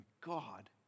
God